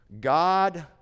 God